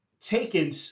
taken